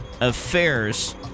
affairs